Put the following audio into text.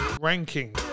ranking